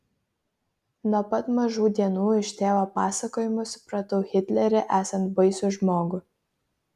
nuo pat mažų dienų iš tėvo pasakojimų supratau hitlerį esant baisų žmogų